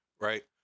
Right